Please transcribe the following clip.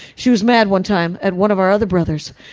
she was mad one time, at one of our other brothers.